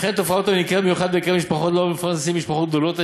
לכן תופעת העוני ניכרת במיוחד בקרב משפחות ללא מפרנסים ומשפחות גדולות.